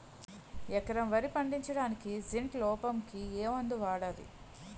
ఎకరం వరి పండించటానికి జింక్ లోపంకి ఏ మందు వాడాలి?